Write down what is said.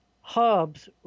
hubs